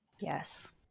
Yes